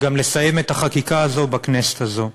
לסיים את החקיקה הזו בכנסת הזו.